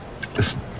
Listen